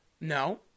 No